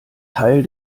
teil